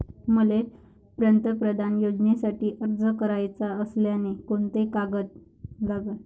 मले पंतप्रधान योजनेसाठी अर्ज कराचा असल्याने कोंते कागद लागन?